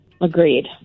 Agreed